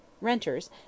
renters